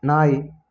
நாய்